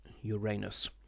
Uranus